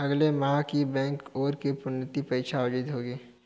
अगले माह बैंक की ओर से प्रोन्नति परीक्षा आयोजित होगी